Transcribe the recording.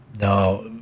Now